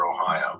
Ohio